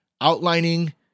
outlining